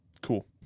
Cool